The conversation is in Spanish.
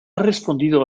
respondido